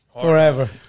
Forever